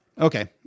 Okay